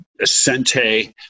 Ascente